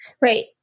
Right